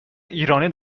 ایرانی